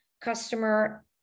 customer